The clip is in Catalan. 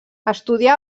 estudià